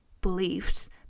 beliefs